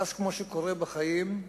ואז, כמו שקורה בחיים,